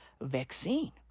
vaccine